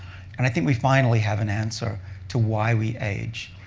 and i think we finally have an answer to why we age.